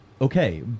Okay